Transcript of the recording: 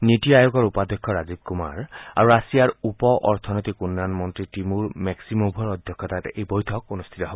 নীতি আয়োগৰ উপাধ্যক্ষ ৰাজীৱ কুমাৰ আৰু ৰাছিয়াৰ উপ অৰ্থনৈতিক উন্নয়ণ মন্ত্ৰী তিমুৰ মেল্সিমভৰ অধ্যক্ষতাত এই বৈঠক অনুষ্ঠিত হয়